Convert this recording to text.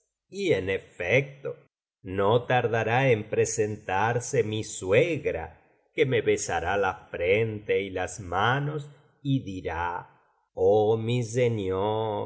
y en efecto no tardará en presentarse mi suegra que me besará la frente y las manos y dirá oh mi señor